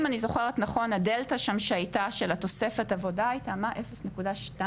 אם אני זוכרת נכון שהדלתא שם הייתה של התוספת עבודה היה מאוד מאוד